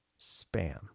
Spam